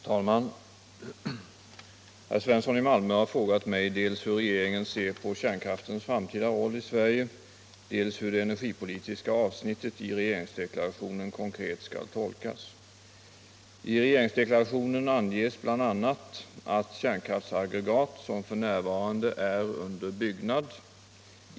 7, och anförde: Herr talman! Herr Svensson i Malmö har frågat mig dels hur regeringen ser på kärnkraftens framtida roll i Sverige, dels hur det energipolitiska avsnittet i regeringsdeklarationen konkret skall tolkas. I regeringsdeklarationen anges bl.a. att kärnkraftsaggregat, som f. n. är under byggnad.